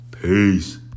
Peace